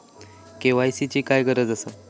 KYC ची काय गरज आसा?